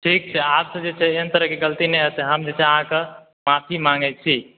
ठीक छै आब सॅं जे छै एहन तरह के गलती नहि हेतै हम जे छै अहाँके माफ़ी माँगै छी